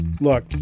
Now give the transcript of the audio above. look